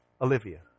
Olivia